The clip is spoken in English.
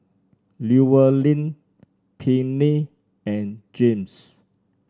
Llewellyn Pinkney and James